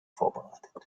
vorbereitet